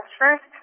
first